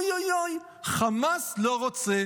אוי אוי אוי, חמאס לא רוצה.